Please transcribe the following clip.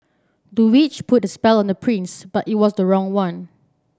the witch put a spell on the prince but it was the wrong one